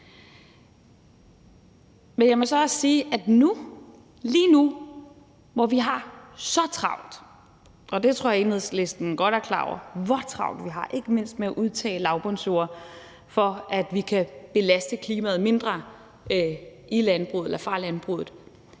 Men jeg må så også sige, at nu, lige nu, hvor vi har så travlt – og det tror jeg at Enhedslisten godt er klar over, nemlig hvor travlt vi har, ikke mindst med at udtage lavbundsjorder, for at vi kan belaste klimaet mindre fra landbrugets side – ville det